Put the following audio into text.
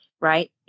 right